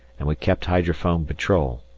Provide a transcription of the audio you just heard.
and we kept hydrophone patrol,